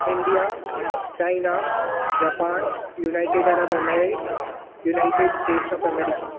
India China Japan United Arab Emirates United States of America